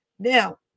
Now